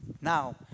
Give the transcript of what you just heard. Now